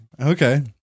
okay